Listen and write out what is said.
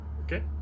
Okay